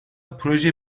proje